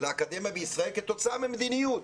לאקדמיה בישראל כתוצאה ממדיניות.